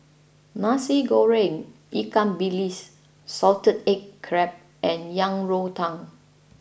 Nasi Goreng Ikan Bilis Salted Egg Crab and Yang Rou Tang